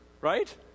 right